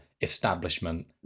establishment